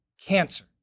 cancer